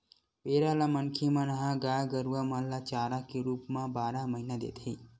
पेरा ल मनखे मन ह गाय गरुवा मन ल चारा के रुप म बारह महिना देथे